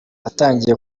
watangiye